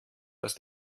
dass